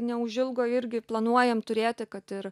neužilgo irgi planuojam turėti kad ir